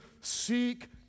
seek